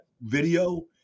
video